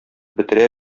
бетерә